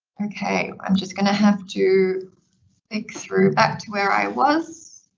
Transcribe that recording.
okay. i'm just going to have to flick through back to where i was,